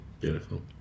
beautiful